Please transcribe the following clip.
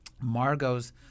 Margot's